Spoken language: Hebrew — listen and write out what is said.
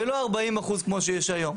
ולא 40% כמו שיש היום.